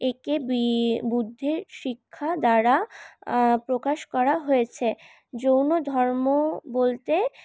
একে বি বুদ্ধের শিক্ষা দ্বারা প্রকাশ করা হয়েছে জৈন ধর্ম বলতে